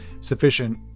sufficient